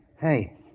Hey